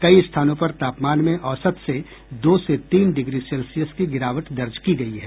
कई स्थानों पर तापमान में औसत से दो से तीन डिग्री सेल्सियस की गिरावट दर्ज की गयी है